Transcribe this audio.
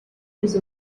his